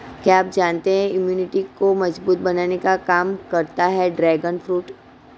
क्या आप जानते है इम्यूनिटी को मजबूत बनाने का काम करता है ड्रैगन फ्रूट?